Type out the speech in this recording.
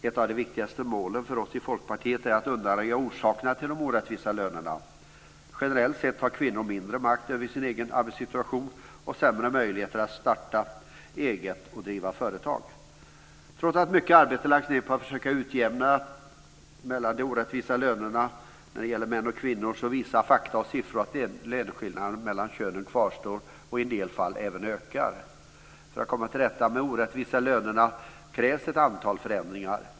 Ett av de viktigaste målen för oss i Folkpartiet är att undanröja orsakerna till de orättvisa lönerna. Generellt sett har kvinnor mindre makt över sin egen arbetssituation och sämre möjligheter att starta eget och driva företag. Trots att mycket arbete lagts ned på att försöka utjämna de orättvisa lönerna när det gäller män och kvinnor visar fakta och siffror att löneskillnaderna mellan könen kvarstår och i en del fall även ökar. För att komma till rätta med de orättvisa lönerna krävs ett antal förändringar.